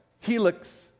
Helix